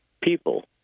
people